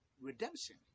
redemption